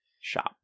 shop